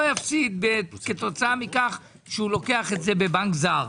יפסיד כתוצאה מכך שלוקח את זה בבנק זר.